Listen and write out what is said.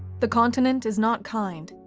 the continent is not kind,